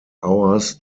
hours